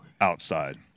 outside